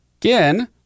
Again